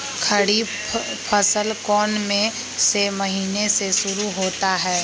खरीफ फसल कौन में से महीने से शुरू होता है?